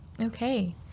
Okay